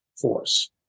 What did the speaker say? force